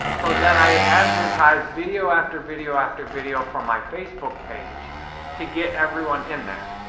so, then, i advertise video after video after video from my facebook page to get everyone in there.